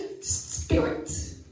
Spirit